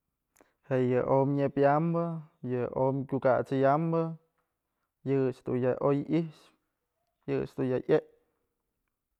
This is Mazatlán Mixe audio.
Je'e yë omyë nepyambë, yë omyë kukat'sëyambë yë a'ax dun oy i'ixpë, yë a'ax dun ya yëpyë.